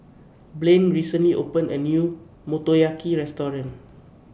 Blane recently opened A New Motoyaki Restaurant